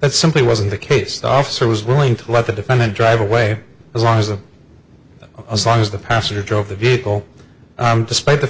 that simply wasn't the case the officer was willing to let the defendant drive away as long as a as long as the pastor drove the vehicle despite the